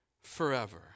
forever